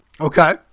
Okay